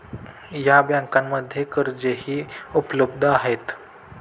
या बँकांमध्ये कर्जही उपलब्ध आहे